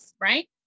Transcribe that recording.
right